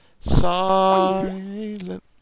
Silent